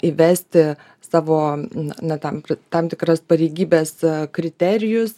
įvesti savo na tam tam tikras pareigybes kriterijus